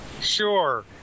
sure